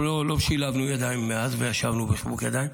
אנחנו לא שילבנו ידיים מאז ולא ישבנו בחיבוק ידיים.